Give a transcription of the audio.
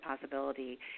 possibility